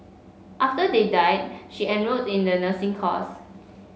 after they died she enrolled in the nursing course